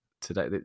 today